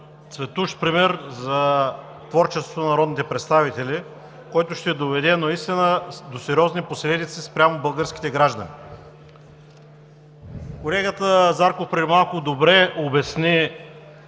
цветущ пример за творчество на народните представители, който ще доведе до сериозни последици спрямо българските граждани. Колегата Зарков преди малко добре обясни